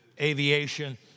aviation